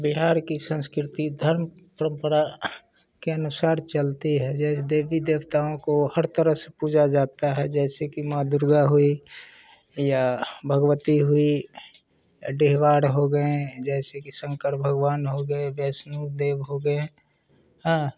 बिहार की संस्कृति धर्म परम्परा के अनुसार चलती है जैसे देवी देवताओं को हर तरह से पूजा जाता है जैसे कि माँ दुर्गा हुई या भगवती हुई अडेहवाड हो गए जैसे कि शंकर भगवान हो गए वैष्णो देव हो गए हाँ